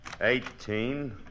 Eighteen